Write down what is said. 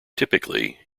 typically